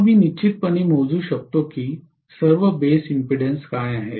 मग मी निश्चितपणे मोजू शकतो की सर्व बेस इम्पेडन्स काय आहेत